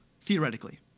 theoretically